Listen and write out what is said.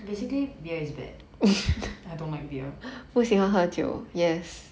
basically beer is bad I don't like beer